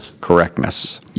correctness